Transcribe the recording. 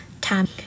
time